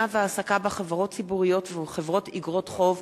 והעסקה בחברות ציבוריות ובחברות איגרות חוב),